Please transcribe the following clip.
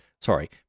sorry